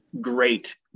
great